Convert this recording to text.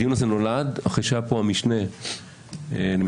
הדיון הזה נולד אחרי שהיה כאן המשנה ליועצת המשפטית